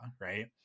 right